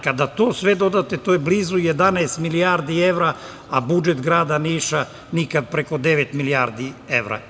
Kada sve to dodate, to je blizu 11 milijardi evra, a budžet grada Niša nikada preko devet milijardi evra.